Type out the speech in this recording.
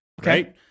Okay